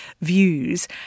views